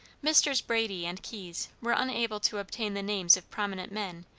messrs. brady and keyes were unable to obtain the names of prominent men,